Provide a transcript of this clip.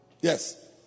Yes